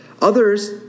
Others